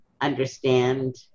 understand